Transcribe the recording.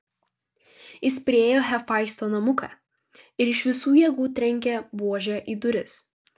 jis priėjo hefaisto namuką ir iš visų jėgų trenkė buože į duris